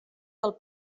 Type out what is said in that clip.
del